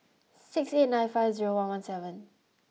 six eight nine five zero one one seven